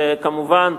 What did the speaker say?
וכמובן,